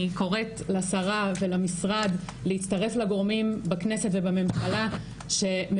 אני קוראת לשרה ולצוות המשרד וכמובן ליו"ר הוועדה שאני